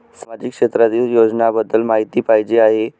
सामाजिक क्षेत्रातील योजनाबद्दल माहिती पाहिजे आहे?